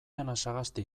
anasagasti